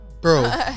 Bro